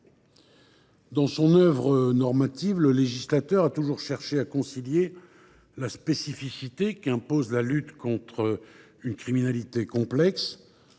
Dans son œuvre normative, le législateur a toujours cherché à concilier la nécessaire spécificité de la lutte contre une criminalité complexe,